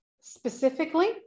specifically